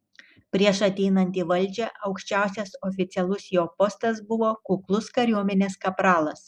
prieš ateinant į valdžią aukščiausias oficialus jo postas buvo kuklus kariuomenės kapralas